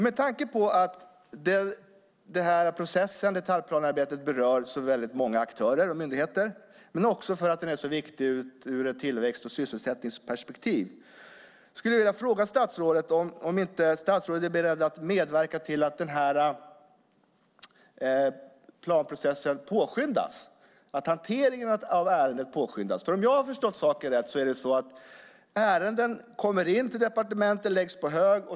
Med tanke på att processen med detaljplanearbetet berör så väldigt många aktörer och myndigheter, och också för att den är så viktig ur ett tillväxt och sysselsättningsperspektiv, skulle jag vilja fråga statsrådet om inte statsrådet är beredd att medverka till att denna planprocess och hanteringen av ärendet påskyndas. Om jag har förstått saken rätt är det nämligen så att ärenden kommer in till departementet och läggs på hög.